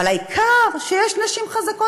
אבל העיקר שיש נשים חזקות,